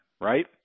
Right